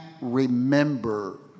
remember